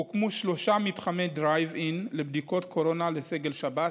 הוקמו שלשה מתחמי דרייב-אין לבדיקות קורונה לסגל שב"ס,